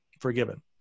forgiven